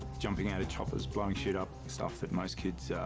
jumping out of choppers, blowing shit up. stuff that most kids,